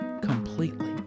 completely